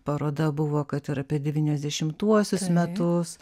paroda buvo kad ir apie devyniasdešimtuosius metus